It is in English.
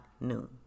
noon